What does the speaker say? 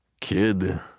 Kid